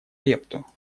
лепту